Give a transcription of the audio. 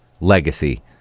legacy